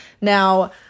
Now